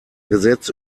gesetz